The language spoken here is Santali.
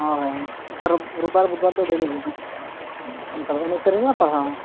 ᱦᱳᱭ ᱮᱱᱠᱷᱟᱱ ᱨᱳᱵ ᱨᱳᱵ ᱵᱟᱨ ᱵᱩᱫ ᱵᱟᱨ ᱫᱚ ᱰᱮᱞᱤ ᱜᱮ ᱦᱟᱜ ᱚᱱᱠᱟ ᱫᱚ ᱮᱱᱮᱡ ᱥᱮᱨᱮᱧ ᱦᱚᱸ ᱯᱟᱲᱦᱟᱣ ᱦᱚᱸ